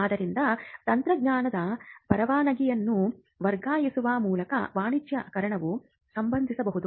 ಆದ್ದರಿಂದ ತಂತ್ರಜ್ಞಾನದ ಪರವಾನಗಿಯನ್ನು ವರ್ಗಾಯಿಸುವ ಮೂಲಕ ವಾಣಿಜ್ಯೀಕರಣವು ಸಂಭವಿಸಬಹುದು